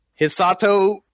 Hisato